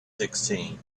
sixteen